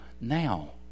now